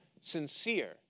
sincere